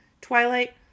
Twilight